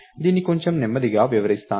దీన్ని కొంచెం నెమ్మదిగా వివరిస్తాను